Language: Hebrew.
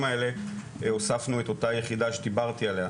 האלה הוספנו את אותה יחידה שדיברתי עליה.